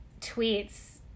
tweets